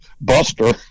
Buster